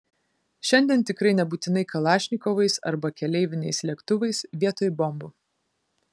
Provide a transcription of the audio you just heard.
šiandien tikrai nebūtinai kalašnikovais arba keleiviniais lėktuvais vietoj bombų